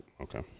okay